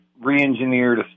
re-engineered